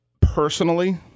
personally